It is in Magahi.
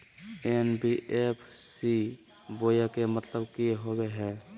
एन.बी.एफ.सी बोया के मतलब कि होवे हय?